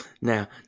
Now